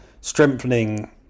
strengthening